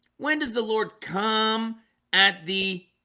when does the lord come at the